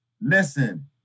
Listen